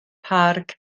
parc